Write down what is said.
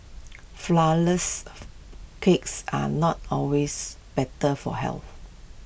flourless cakes are not always better for health